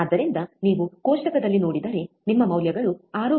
ಆದ್ದರಿಂದ ನೀವು ಟೇಬಲ್ ನೋಡಿದರೆ ನಿಮ್ಮ ಮೌಲ್ಯಗಳು 6